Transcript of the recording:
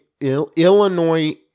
Illinois